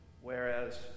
whereas